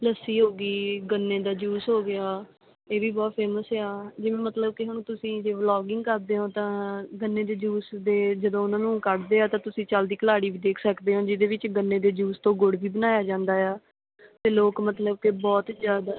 ਲੱਸੀ ਹੋ ਗਈ ਗੰਨੇ ਦਾ ਜੂਸ ਹੋ ਗਿਆ ਇਹ ਵੀ ਬਹੁਤ ਫੇਮਸ ਆ ਜਿਵੇਂ ਮਤਲਬ ਕਿ ਹੁਣ ਤੁਸੀਂ ਜੇ ਬਲੋਗਿੰਗ ਕਰਦੇ ਹੋ ਤਾਂ ਗੰਨੇ ਦੇ ਜੂਸ ਦੇ ਜਦੋਂ ਉਹਨਾਂ ਨੂੰ ਕੱਢਦੇ ਹਾਂ ਤਾਂ ਤੁਸੀਂ ਚੱਲਦੀ ਘਲਾੜੀ ਵੀ ਦੇਖ ਸਕਦੇ ਹੋ ਜਿਹਦੇ ਵਿੱਚ ਗੰਨੇ ਦੇ ਜੂਸ ਤੋਂ ਗੁੜ ਵੀ ਬਣਾਇਆ ਜਾਂਦਾ ਹਾਂ ਅਤੇ ਲੋਕ ਮਤਲਬ ਕਿ ਬਹੁਤ ਜ਼ਿਆਦਾ